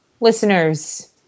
listeners